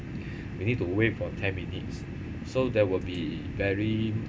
we need to wait for ten minutes so there will be very